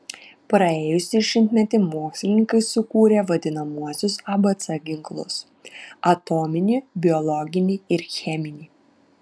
praėjusį šimtmetį mokslininkai sukūrė vadinamuosius abc ginklus atominį biologinį ir cheminį